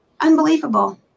unbelievable